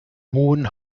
hohen